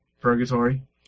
Purgatory